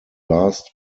last